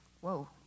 Whoa